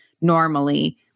normally